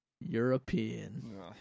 European